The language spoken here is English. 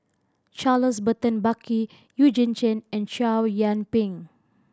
Charles Burton Buckley Eugene Chen and Chow Yian Ping